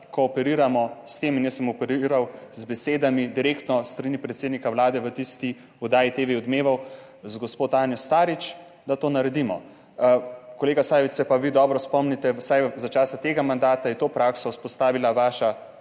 ko operiramo s tem, in jaz sem operiral z besedami direktno s strani predsednika Vlade v tisti oddaji TV odmevov, z gospo Tanjo Starič, da to naredimo. Kolega Sajovic, se pa vi dobro spomnite, vsaj za časa tega mandata je to prakso vzpostavila vaša,